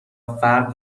فرد